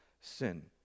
sin